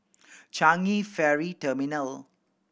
Changi Ferry Terminal